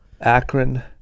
Akron